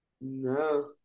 no